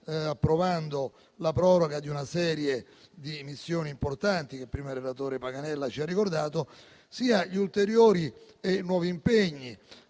approvando sia la proroga di una serie di missioni importanti che prima relatore, senatore Paganella, ci ha ricordato, sia gli ulteriori e nuovi impegni